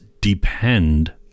depend